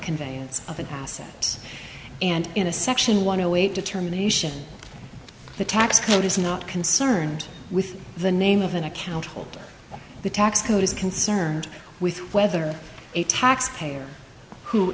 conveyance of an asset and in a section one away determination the tax code is not concerned with the name of an account holder the tax code is concerned with whether a tax payer who